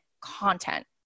content